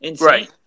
Right